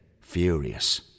furious